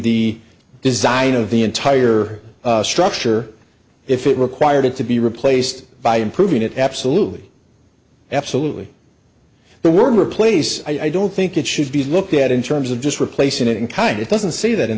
the design of the entire structure if it required it to be replaced by improving it absolutely absolutely the word replace i don't think it should be looked at in terms of just replacing it in kind it doesn't say that in